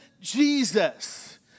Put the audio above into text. Jesus